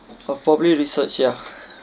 I'll probably research ya